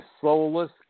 soulless